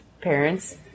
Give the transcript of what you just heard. parents